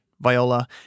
viola